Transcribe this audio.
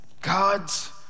God's